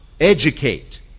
educate